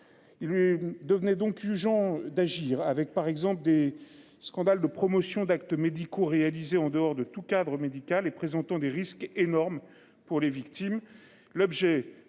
lui devenait donc. D'agir avec par exemple des scandales de promotion d'actes médicaux réalisés en dehors de tout cadre médical et présentant des risques énormes pour les victimes.